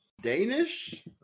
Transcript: Danish